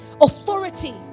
authority